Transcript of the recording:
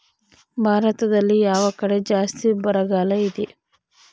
ಭಾರತದಲ್ಲಿ ಯಾವ ಕಡೆ ಜಾಸ್ತಿ ಬರಗಾಲ ಇದೆ?